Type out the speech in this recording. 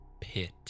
pit